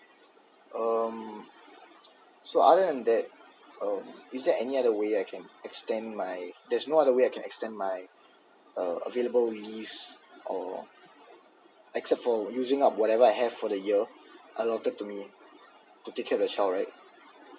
um so other than that um is there any other way I can extend my there's no other way I can extend my available leaves or except for using up whatever I have for the your allotted to take care of the child right